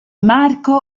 marco